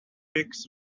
pics